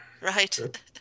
Right